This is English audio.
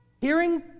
Hearing